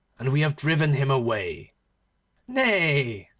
and we have driven him away nay,